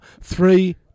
Three